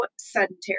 sedentary